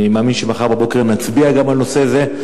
אני מאמין שמחר בבוקר נצביע גם על הנושא הזה.